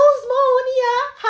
small only ah